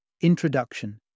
Introduction